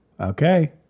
Okay